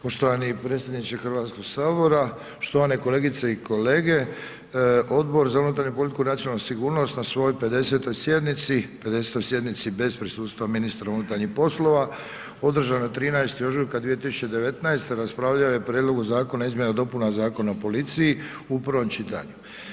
Poštovani predsjedniče Hrvatskog sabora, štovane kolegice i kolege Odbor za unutarnju politiku i nacionalnu sigurnost na svojoj 50. sjednici, 50. sjednici bez prisustva ministra unutarnjih poslova, održanoj 13. ožujka 2019. raspravljalo je o Prijedlogu Zakona o izmjenama i dopunama Zakona o policiji u prvom čitanju.